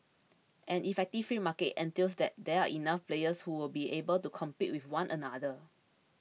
an effective free market entails that there are enough players who will be able to compete with one another